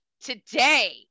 today